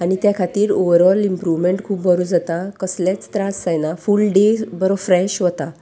आनी त्या खातीर ओवरऑल इमप्रूवमेंट खूब बरो जाता कसलेच त्रास जायना फूल डे बरो फ्रेश वता